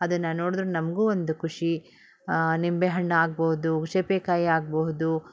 ಅದನ್ನು ನೋಡಿದ್ರೆ ನಮಗೂ ಒಂದು ಖುಷಿ ನಿಂಬೆ ಹಣ್ಣು ಆಗಬಹುದು ಚೇಪೆಕಾಯಿ ಆಗಬಹುದು